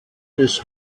des